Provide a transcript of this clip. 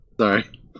Sorry